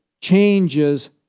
changes